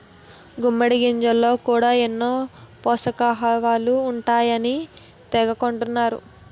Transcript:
గుమ్మిడి గింజల్లో కూడా ఎన్నో పోసకయిలువలు ఉంటాయన్నారని తెగ కొంటన్నరు